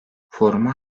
foruma